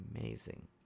Amazing